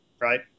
right